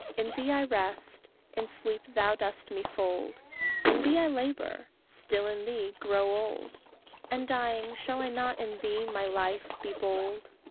in thee i rest in sleep thou dost me fold in thee i labour still in thee, grow old and dying, shall i not in thee, my life, be bold?